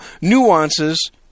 nuances